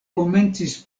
komencis